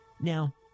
Now